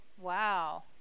Wow